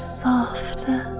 softer